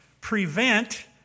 Prevent